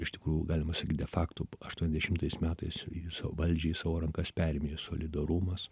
iš tikrųjų galima sakyt de fakto aštuoniasdešimtais metais valdžią į savo rankas perėmė solidarumas